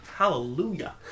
Hallelujah